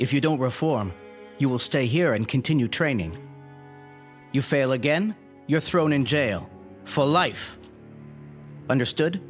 if you don't reform you will stay here and continue training you fail again you're thrown in jail for life understood